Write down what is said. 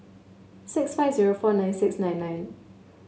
six five zero four nine six nine nine